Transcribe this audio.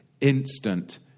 Instant